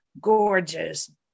gorgeous